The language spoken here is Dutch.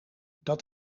dat